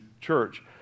church